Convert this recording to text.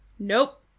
Nope